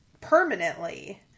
permanently